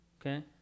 Okay